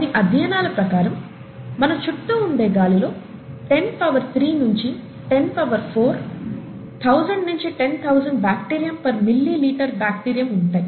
కొన్ని అధ్యయనాల ప్రకారం మన చుట్టూ ఉండే గాలిలో టెన్ పవర్ 3 నించి టెన్ పవర్ 4 థౌసండ్ నించి ten thousand bacterium per millilitre bacterium ఉంటాయి